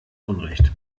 unrecht